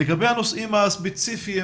לגבי הנושאים הספציפיים.